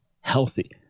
healthy